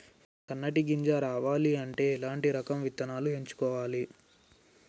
సన్నటి గింజ రావాలి అంటే ఎలాంటి రకం విత్తనాలు ఎంచుకోవాలి?